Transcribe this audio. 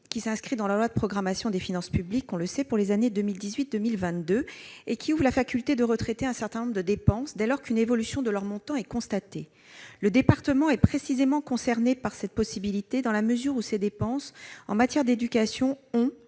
qui s'inscrit dans la loi de programmation des finances publiques pour les années 2018 à 2022. Il ouvre la faculté de retraiter un certain nombre de dépenses, dès lors qu'une évolution de leur montant est constatée. Le département est précisément concerné par cette possibilité, dans la mesure où ses dépenses en matière d'éducation sont